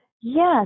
Yes